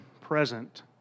present